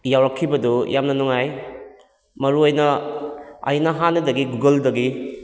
ꯌꯥꯎꯔꯛꯈꯤꯕꯗꯨ ꯌꯥꯝꯅ ꯅꯨꯡꯉꯥꯏ ꯃꯔꯨ ꯑꯣꯏꯅ ꯑꯩꯅ ꯍꯥꯟꯅꯗꯒꯤ ꯒꯨꯒꯜꯗꯒꯤ